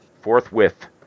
forthwith